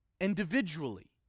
individually